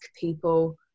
people